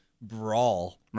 brawl